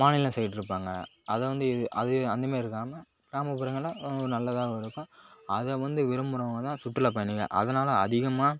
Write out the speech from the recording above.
மாநிலம் சைட் இருப்பாங்க அதை வந்து அது அந்த மாரி இருக்காமல் கிராமப்புறங்கள்னா நல்லதாகவும் இருக்கும் அதை வந்து விரும்புனவுங்க தான் சுற்றுலாப் பயணிகள் அதனால் அதிகமாக